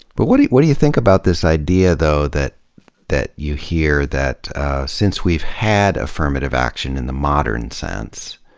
but what do what do you think about this idea, though, that that you hear, that since we've had affirmative action in the modern sense